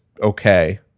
okay